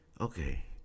okay